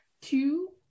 Two